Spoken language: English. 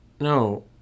No